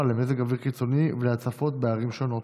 למזג אוויר קיצוני ולהצפות בערים השונות,